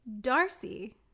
Darcy